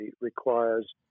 requires